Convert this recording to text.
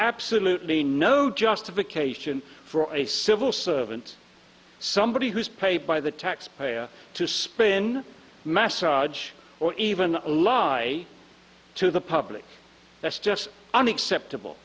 absolutely no justification for a civil servant somebody who's paid by the taxpayer to spin message or even lie to the public that's just unacceptable